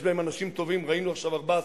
יש להם אנשים טובים, ראינו עכשיו 14